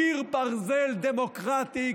קיר ברזל דמוקרטי,